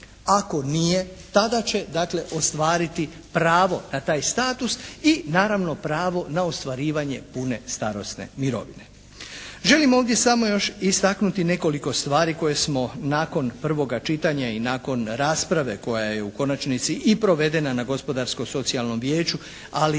Ako nije, tada će dakle ostvariti pravo na taj status i naravno pravo na ostvarivanje pune starosne mirovine. Želim ovdje samo još istaknuti nekoliko stvari koje smo nakon prvoga čitanja i nakon rasprave koja je u konačnici i provedena na Gospodarskom socijalnom vijeću, ali